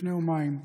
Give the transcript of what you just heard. לפני יומיים,